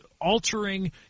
Altering